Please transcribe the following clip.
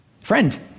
friend